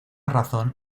razón